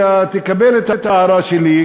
תקבל את ההערה שלי,